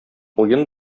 уен